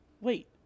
Wait